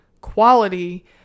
quality